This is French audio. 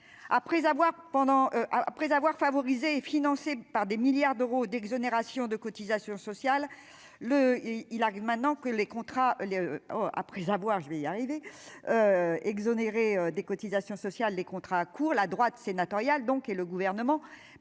après avoir favorisé financées par des milliards d'euros d'exonérations de cotisations sociales le il arrive maintenant que les contrats les après avoir, je vais y arriver exonérée des cotisations sociales des contrats courts, la droite sénatoriale donc et le gouvernement pénalise